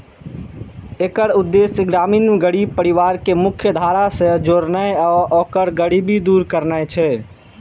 एकर उद्देश्य ग्रामीण गरीब परिवार कें मुख्यधारा सं जोड़नाय आ ओकर गरीबी दूर करनाय छै